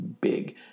big